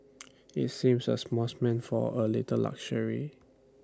IT seems A small spend for A little luxury